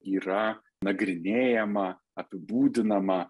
yra nagrinėjama apibūdinama